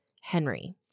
Henry